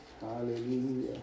Hallelujah